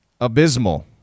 abysmal